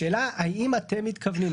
השאלה היא האם אתם מתכוונים,